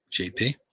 JP